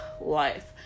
life